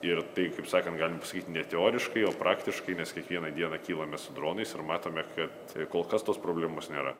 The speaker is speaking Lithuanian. ir tai kaip sakant galim pasakyt ne teoriškai o praktiškai mes kiekvieną dieną kylame su dronais ir matome kad kol kas tos problemos nėra